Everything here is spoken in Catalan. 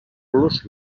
los